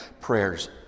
prayers